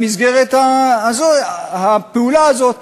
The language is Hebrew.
במסגרת הפעולה הזאת,